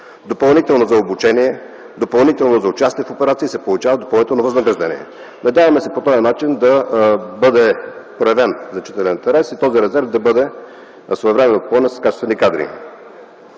Допълнително за обучение и за участие в операции се получава допълнително възнаграждение. Надяваме се по този начин да бъде проявен значителен интерес и този резерв да бъде своевременно попълнен с качествени кадри.